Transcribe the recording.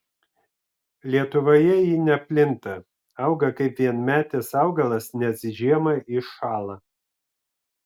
lietuvoje ji neplinta auga kaip vienmetis augalas nes žiemą iššąla